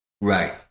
Right